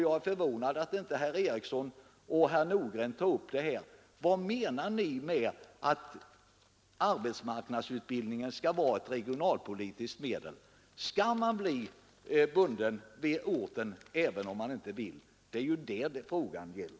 Jag är förvånad över att inte herr Eriksson i Arvika och herr Nordgren tog upp den saken. Vad menar ni med att arbetsmarknadsutbildningen skall vara ett regionalpolitiskt medel? Skall man bli bunden vid orten, även om man inte vill det? Det är ju det frågan gäller.